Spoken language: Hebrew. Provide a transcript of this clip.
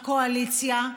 הקואליציה,